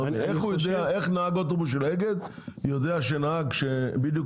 איך נהג אוטובוס של אגד יודע שנהג שבדיוק